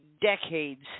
decades